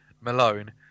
Malone